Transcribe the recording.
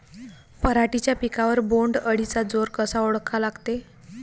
पराटीच्या पिकावर बोण्ड अळीचा जोर कसा ओळखा लागते?